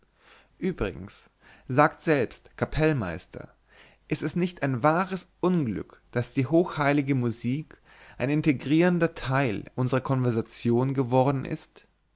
übrigens sagt selbst kapellmeister ist es nicht ein wahres unglück daß die hochheilige musik ein integrierender teil unserer konversation geworden ist